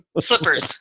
Slippers